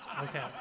Okay